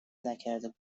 نکرده